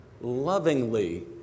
lovingly